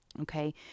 Okay